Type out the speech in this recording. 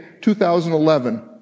2011